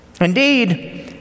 indeed